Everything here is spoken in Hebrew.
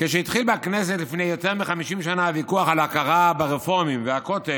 כשהתחיל בכנסת לפני יותר מ-50 שנה הוויכוח על ההכרה ברפורמים והכותל,